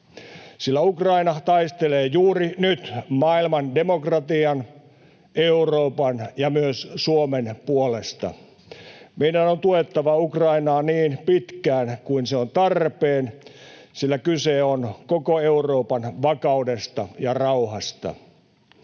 sillä Ukraina taistelee juuri nyt maailman demokratian, Euroopan ja myös Suomen puolesta. Meidän on tuettava Ukrainaa niin pitkään kuin se on tarpeen, sillä kyse on koko Euroopan vakaudesta ja rauhasta.